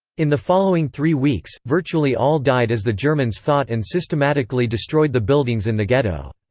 in the following three weeks, virtually all died as the germans fought and systematically destroyed the buildings in the ghetto.